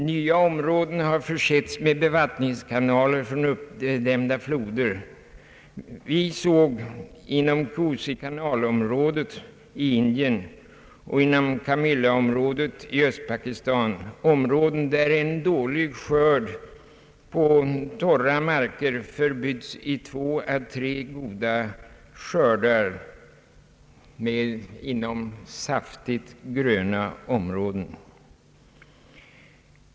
Nya områden har försetts med bevattningskanaler från uppdämda floder. Vi såg inom Kusikanalområdet i Indien och inom Comilla-området i Östpakistan trakter där en dålig skörd på torra marker förbytts i två å tre goda skördar på saftigt gröna marker.